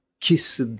kissed